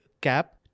cap